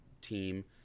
team